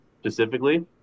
specifically